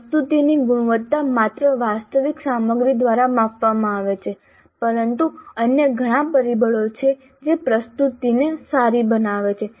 પ્રસ્તુતિની ગુણવત્તા માત્ર વાસ્તવિક સામગ્રી દ્વારા માપવામાં આવે છે પરંતુ અન્ય ઘણા પરિબળો છે જે પ્રસ્તુતિને સારી બનાવે છે